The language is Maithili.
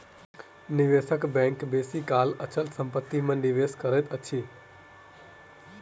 निवेशक बैंक बेसी काल अचल संपत्ति में निवेश करैत अछि